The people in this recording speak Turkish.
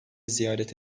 ziyaret